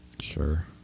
sure